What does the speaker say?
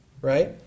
right